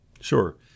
Sure